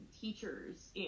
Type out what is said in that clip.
teachers